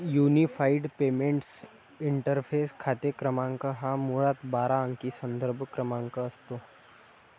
unified payments interface खाते क्रमांक हा मुळात बारा अंकी संदर्भ क्रमांक असतो